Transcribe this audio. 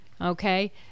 okay